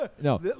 no